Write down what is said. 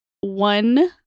one